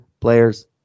players